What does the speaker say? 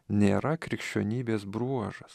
nėra krikščionybės bruožas